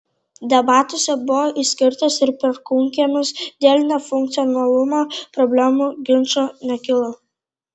debatuose buvo išskirtas ir perkūnkiemis dėl nefunkcionalumo problemų ginčų nekilo